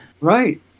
Right